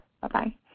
Bye-bye